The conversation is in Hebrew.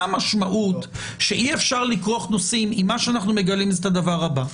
מה המשמעות שאי אפשר לכרוך נושאים אם מה שאנחנו מגלים זה את הדבר הבא?